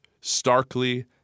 starkly